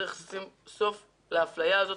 צריך לשים סוף לאפליה הזאת.